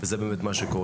זה מה שקורה.